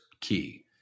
key